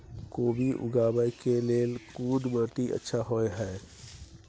कोबी उगाबै के लेल कोन माटी अच्छा होय है?